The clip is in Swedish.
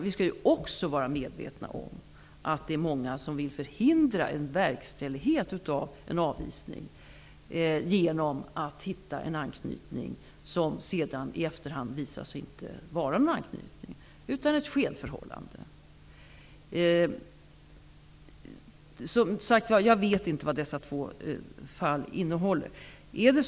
Vi skall också vara medvetna om att det finns många som vill förhindra en verkställighet av en avvisning genom att åberopa en anknytning. Denna anknytning visar sig så småningom inte vara en riktig anknytning utan ett skenförhållande. Jag vet inte hur de två redovisade fallen ser ut.